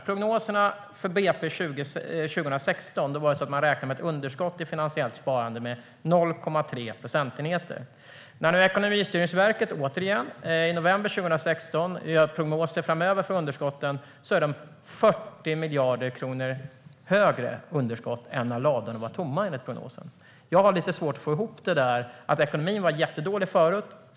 I prognoserna för BP 2016 räknade man med ett underskott i finansiellt sparande med 0,3 procentenheter. När Ekonomistyrningsverket, återigen, i november 2016 gör prognoser framöver för underskotten är underskottet 40 miljarder kronor högre än när ladorna var tomma. Jag har lite svårt att få ihop det med att ekonomin var jättedålig förut.